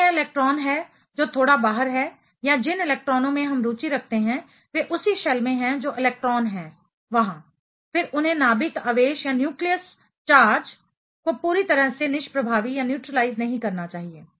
यदि यह इलेक्ट्रॉन है जो थोड़ा बाहर है या जिन इलेक्ट्रॉनों में हम रुचि रखते हैं वे उसी शेल में हैं जो इलेक्ट्रान हैं वहां फिर उन्हें नाभिक आवेश न्यूक्लियस चार्ज को पूरी तरह से निष्प्रभावी न्यूट्रीलाइज नहीं करना चाहिए